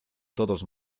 todos